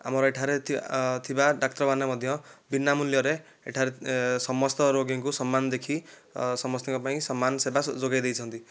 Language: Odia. ଆମର ଏଠାରେ ଥିବା ଡାକ୍ତରମାନେ ମଧ୍ୟ ବିନା ମୂଲ୍ୟରେ ଏଠାରେ ସମସ୍ତ ରୋଗୀଙ୍କୁ ସମାନ ଦେଖି ସମସ୍ତଙ୍କ ପାଇଁ ସମାନ ସେବା ଯୋଗାଇଦେଇଛନ୍ତି